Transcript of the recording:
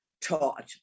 taught